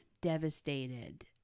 devastated